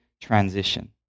transition